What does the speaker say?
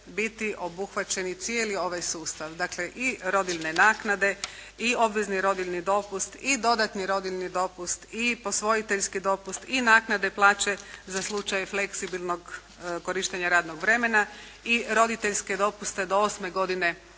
biti obuhvaćen i cijeli ovaj sustav, dakle i rodiljne naknade i obvezni rodiljni dopust i dodatni rodiljni dopust, i posvojiteljski dopust, i naknade plaće za slučaj fleksibilnog korištenja radnog vremena, i roditeljske dopuste do 8. godine